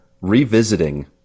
revisiting